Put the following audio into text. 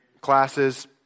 classes